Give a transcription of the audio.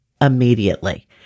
immediately